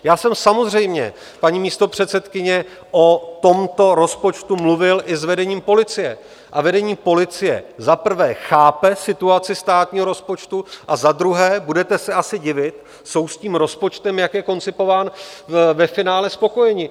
Já jsem samozřejmě, paní místopředsedkyně, o tomto rozpočtu mluvil i s vedením policie a vedení policie za prvé chápe situaci státního rozpočtu a za druhé, budete se asi divit, jsou s tím rozpočtem, jak je koncipován, ve finále spokojeni.